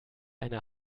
eine